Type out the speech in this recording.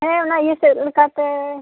ᱦᱮᱸ ᱚᱱᱮ ᱤᱭᱟᱹ ᱥᱮᱫ ᱞᱮᱠᱟᱛᱮ